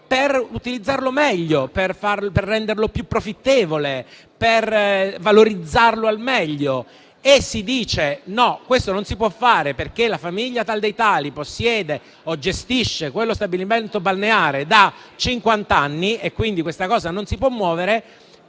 per utilizzarlo meglio, per renderlo più profittevole, per valorizzarlo al meglio. Se si dice che no, questo non si può fare perché la tale famiglia possiede o gestisce quello stabilimento balneare da cinquant'anni, e quindi quella concessione non si può muovere,